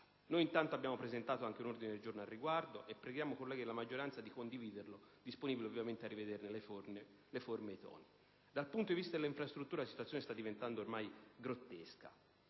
Noi intanto abbiamo presentato anche un ordine del giorno al riguardo e preghiamo i colleghi della maggioranza di condividerlo, disponibili ovviamente a rivederne le forme e i toni. Dal punto di vista delle infrastrutture, la situazione sta diventando ormai grottesca.